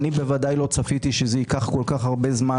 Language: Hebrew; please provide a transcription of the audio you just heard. אני בוודאי לא צפיתי שזה ייקח על כך הרבה זמן,